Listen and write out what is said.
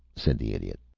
said the idiot.